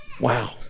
Wow